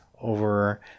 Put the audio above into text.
over